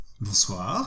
Bonsoir